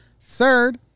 third